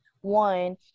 One